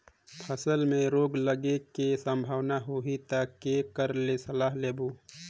फसल मे रोग लगे के संभावना होही ता के कर ले सलाह लेबो?